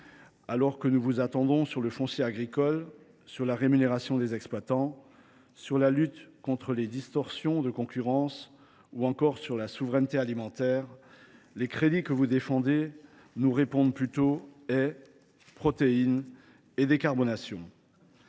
alors que nous vous attendons sur le foncier agricole, la rémunération des exploitants, la lutte contre les distorsions de concurrence ou encore la souveraineté alimentaire, vous nous répondez plutôt : haies, protéines et décarbonation.